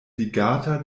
ligata